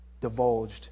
divulged